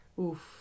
Oof